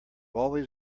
always